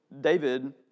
David